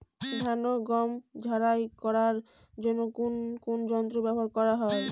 ধান ও গম ঝারাই করার জন্য কোন কোন যন্ত্র ব্যাবহার করা হয়?